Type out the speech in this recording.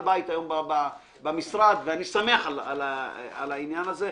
בית היום במשרד ואני שמח על העניין הזה.